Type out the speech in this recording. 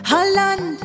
Holland